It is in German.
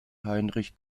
heinrich